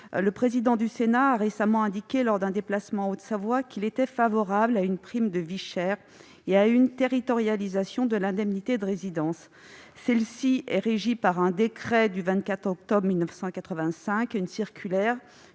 le président du Sénat a récemment indiqué, lors d'un déplacement en Haute-Savoie, qu'il était favorable à l'instauration d'une prime de vie chère et à une territorialisation de l'indemnité de résidence. Cette indemnité est régie par le décret du 24 octobre 1985 et la circulaire